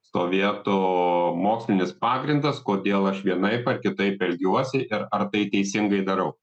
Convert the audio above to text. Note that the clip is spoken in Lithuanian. stovėtų mokslinis pagrindas kodėl aš vienaip ar kitaip elgiuosi ir ar tai teisingai darau